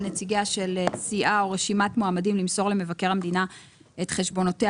על נציגיה של סיעה או רשימת מועמדים למסור למבקר המדינה את חשבונותיה